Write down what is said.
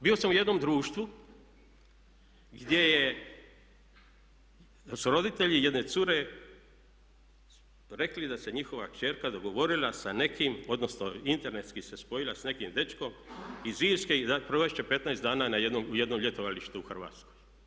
Bio sam u jednom društvu gdje su roditelji jedne cure rekli da se njihova kćerka dogovorila sa nekim odnosno internetski se spojila s nekim dečkom iz Irske i da provest će 15 dana u jednom ljetovalištu u Hrvatskoj.